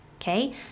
okay